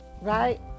Right